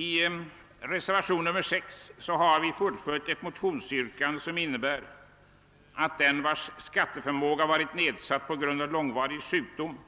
I reservationen 6 har vi fullföljt ett motionsyrkande, att den, vars skatteförmåga varit nedsatt på grund av långva rig sjukdom,